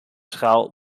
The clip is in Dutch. schaal